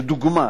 לדוגמה.